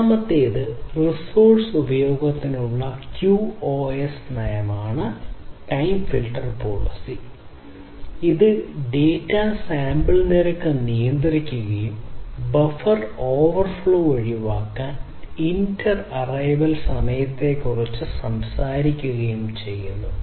രണ്ടാമത്തേത് റിസോഴ്സ് ഉപയോഗത്തിനുള്ള QoS നയമാണ് ടൈം ഫിൽട്ടർ പോളിസി ഇത് ഡാറ്റാ സാമ്പിൾ നിരക്ക് നിയന്ത്രിക്കുകയും ബഫർ ഓവർഫ്ലോ ഒഴിവാക്കാൻ ഇന്റർ അറൈവൽ സമയത്തെക്കുറിച്ച് സംസാരിക്കുകയും ചെയ്യുന്നു